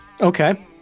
Okay